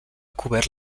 cobert